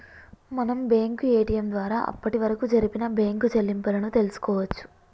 మనం bank ATM ద్వారా అప్పటివరకు జరిపిన బ్యేంకు చెల్లింపులను తెల్సుకోవచ్చు